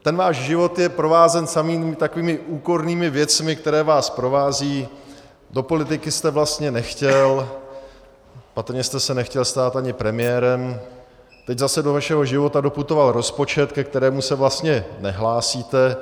Ten váš život je provázen samými takovými úkornými věcmi, které vás provázejí, do politiky jste vlastně nechtěl, patrně jste se nechtěl stát ani premiérem, teď zase do vašeho života doputoval rozpočet, ke kterému se vlastně nehlásíte.